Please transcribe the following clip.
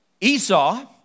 Esau